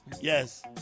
Yes